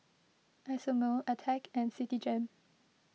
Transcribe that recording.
Isomil Attack and Citigem